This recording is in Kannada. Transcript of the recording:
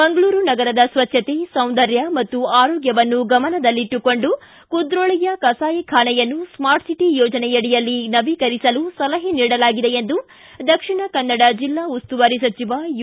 ಮಂಗಳೂರು ನಗರದ ಸ್ನಭ್ಯತೆ ಸೌಂದರ್ಯ ಮತ್ತು ಆರೋಗ್ಧವನ್ನು ಗಮನದಲ್ಲಿಟ್ಟುಕೊಂಡು ಕುದ್ರೋಳಿಯ ಕಸಾಯಿಖಾನೆಯನ್ನು ಸ್ಟಾರ್ಟ್ಸಿಟಿ ಯೋಜನೆಯಡಿಯಲ್ಲಿ ನವೀಕರಿಸಲು ಸಲಹೆ ನೀಡಲಾಗಿದೆ ಎಂದು ದಕ್ಷಿಣ ಕನ್ನಡ ಜಿಲ್ಲಾ ಉಸ್ತುವಾರಿ ಸಚಿವ ಯು